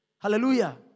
Hallelujah